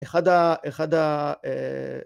‫אחד ה...